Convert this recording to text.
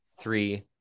three